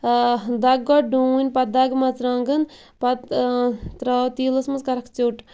دَگہٕ گۄڈٕ ڈوٗن پَتہٕ دَگہٕ مَژرٕوانٛگَن پَتہٕ تراوٕ تیٖلَس مَنٛز کَرَکھ ژیوٚٹ